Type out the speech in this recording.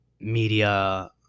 media